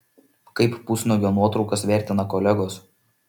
kaip pusnuogio nuotraukas vertina kolegos